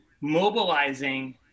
mobilizing